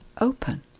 open